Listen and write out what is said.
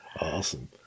Awesome